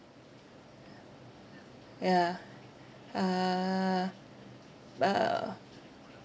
yeah uh uh